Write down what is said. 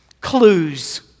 clues